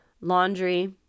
laundry